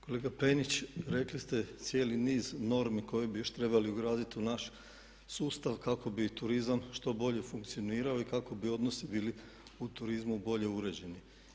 Kolega Penić, rekli ste cijeli niz normi koje bi još trebali ugraditi u naš sustav kako bi turizam što bolje funkcionirao i kako bi odnosi bili u turizmu bolje uređeni.